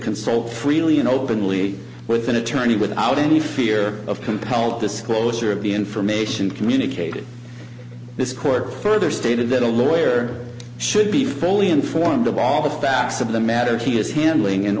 consult freely and openly with an attorney without any fear of compel disclosure of the information communicated this court further stated that a lawyer should be fully informed of all the facts of the matter he is handling in